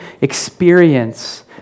experience